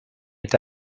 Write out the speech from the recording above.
est